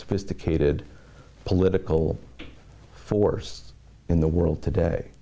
sophisticated political force in the world today